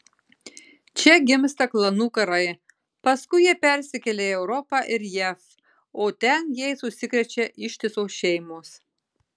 čia gimsta klanų karai paskui jie persikelia į europą ir jav o ten jais užsikrečia ištisos šeimos